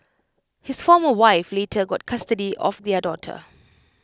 his former wife later got custody of their daughter